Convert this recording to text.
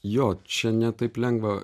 jo čia ne taip lengva